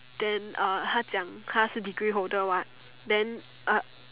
then uh 她讲她是 degree holder what then uh